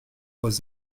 was